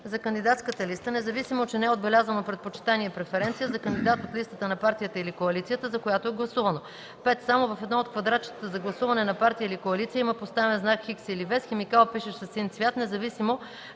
за кандидатската листа, независимо че не е отбелязано предпочитание (преференция) за кандидат от листата на партията или коалицията, за която е гласувано; 5. само в едно от квадратчетата за гласуване за партия или коалиция има поставен знак "Х" или „V“ с химикал, пишещ със син цвят, независимо